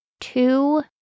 two